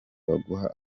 baguha